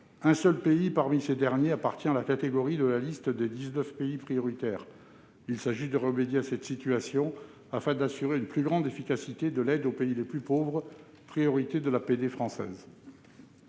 Un seul pays parmi ces derniers appartient à la liste des 19 pays prioritaires. Il s'agit de remédier à cette situation afin d'assurer une plus grande efficacité de l'aide aux pays les plus pauvres, priorité de l'APD française.